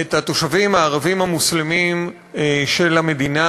את התושבים הערבים המוסלמים של המדינה.